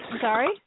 sorry